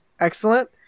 excellent